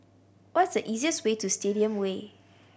what is the easiest way to Stadium Way